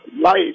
life